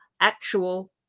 actual